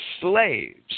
slaves